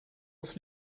aus